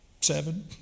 seven